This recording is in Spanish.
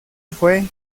fue